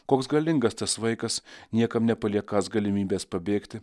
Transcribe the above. koks galingas tas vaikas niekam nepaliekąs galimybės pabėgti